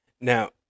Now